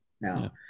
no